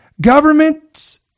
Governments